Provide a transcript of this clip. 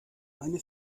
eine